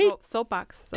Soapbox